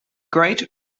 great